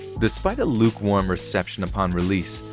despite a lukewarm reception upon release,